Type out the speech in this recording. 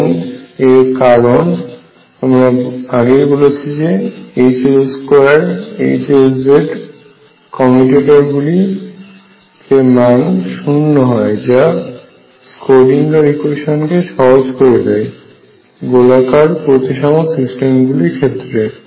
এবং এর কারণ আমরা আগেই বলেছি যে H L2 H Lz ইত্যাদি কমেউটেটর গুলির মান 0 হয় যা স্ক্রোডিঙ্গারের ইকুয়েশনটিকেSchrödinger equation সহজ করে দেয় গোলাকার প্রতিসম সিস্টেমগুলো ক্ষেত্রে